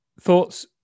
thoughts